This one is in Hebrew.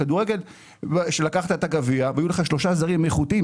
בכדורסל כשלקחת את הגביע והיו שלך שלושה זרים איכותיים,